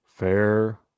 Fair